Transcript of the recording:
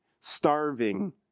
starving